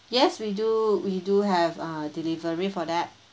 yes we do we do have uh delivery for that